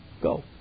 go